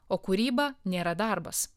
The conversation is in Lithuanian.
o kūryba nėra darbas